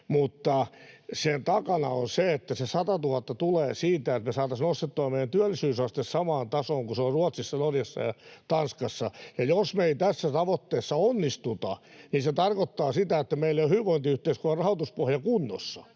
Mutta sen takana on se, että se 100 000 tulee siitä, että me saataisiin nostettua meidän työllisyysaste samaan tasoon kuin se on Ruotsissa, Norjassa ja Tanskassa. Jos me ei tässä tavoitteessa onnistuta, niin se tarkoittaa sitä, että meillä ei ole hyvinvointiyhteiskunnan rahoituspohja kunnossa.